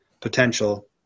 potential